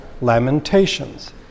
Lamentations